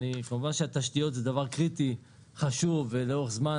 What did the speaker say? כמובן שהתשתיות זה דבר קריטי וחשוב ולאורך זמן,